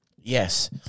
Yes